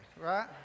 right